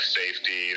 safety